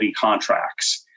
contracts